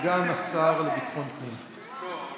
סגן השר לביטחון פנים.